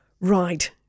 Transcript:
Right